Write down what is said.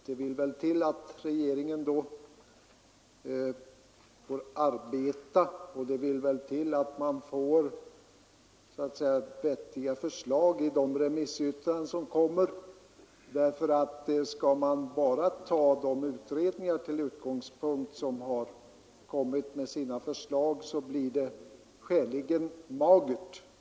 Det vill till att regeringen då får arbeta, och det vill väl till att den också får vettiga förslag i de remissyttranden som skall komma. Skall man nämligen ta till utgångspunkt bara de utredningar som har kommit med sina förslag, blir det skäligen magert.